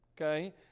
Okay